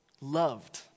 loved